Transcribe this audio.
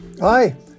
Hi